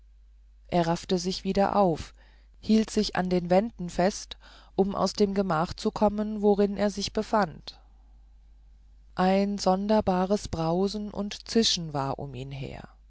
er raffte sich wieder auf hielt sich an den wänden fest um aus dem gemach zu kommen worin er sich befand ein sonderbares brausen und zischen war um ihn her